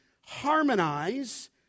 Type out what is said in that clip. harmonize